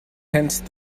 hence